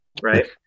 right